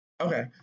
Okay